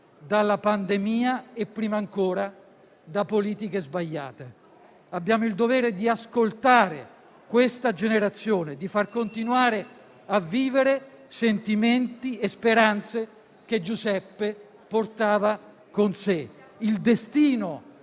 dalla pandemia e prima ancora da politiche sbagliate. Abbiamo il dovere di ascoltare questa generazione e di far continuare a vivere sentimenti e speranze che Giuseppe portava con sé. Il destino